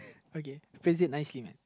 okay phrase it nicely man